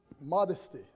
Modesty